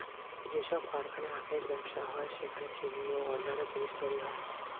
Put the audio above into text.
যেসব কারখানায় আখের ব্যবসা হয় সেখানে চিনি ও অন্যান্য জিনিস তৈরি হয়